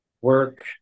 work